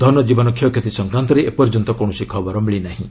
ଧନଜୀବନର କ୍ଷୟକ୍ଷତି ସଂକ୍ରାନ୍ତରେ ଏପର୍ଯ୍ୟନ୍ତ କୌଣସି ଖବର ମିଳି ନାହିଁ